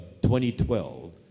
2012